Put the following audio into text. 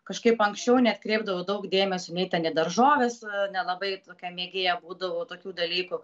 kažkaip anksčiau neatkreipdavau daug dėmesio nei ten daržovės nelabai tokia mėgėja būdavau tokių dalykų